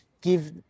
give